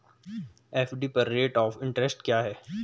FD पर rate of interest क्या है?